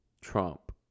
Trump